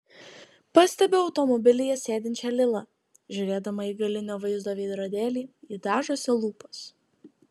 pastebiu automobilyje sėdinčią lilą žiūrėdama į galinio vaizdo veidrodėlį ji dažosi lūpas